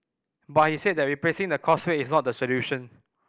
but he said that replacing the causeway is not the solution